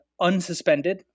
unsuspended